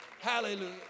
Hallelujah